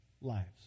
lives